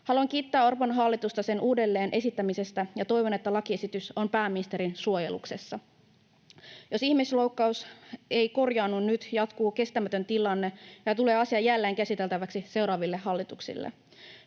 Haluan kiittää Orpon hallitusta sen uudelleen esittämisestä, ja toivon, että lakiesitys on pääministerin suojeluksessa. Jos ihmisoikeusloukkaus ei korjaannu nyt, jatkuu kestämätön tilanne ja asia tulee jälleen käsiteltäväksi seuraaville hallituksille.